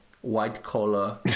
white-collar